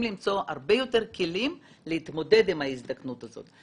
למצוא הרבה יותר כלים להתמודד עם ההזדקנות הזאת.